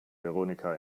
veronika